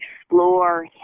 explore